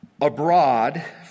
Abroad